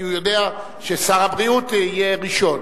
כי הוא יודע ששר הבריאות יהיה ראשון.